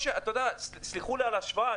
תסלחו לי על ההשוואה,